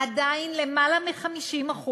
עדיין למעלה מ-50%,